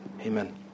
Amen